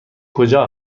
کجا